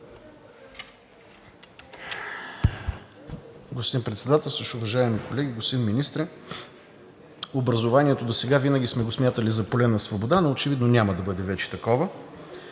Господин Председателстващ, уважаеми колеги, господин Министре! Образованието досега винаги сме го смятали за поле на свобода, но очевидно няма да бъде вече такова.